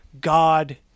god